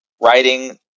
writing